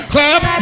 Clap